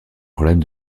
problèmes